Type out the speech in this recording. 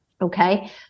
okay